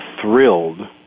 thrilled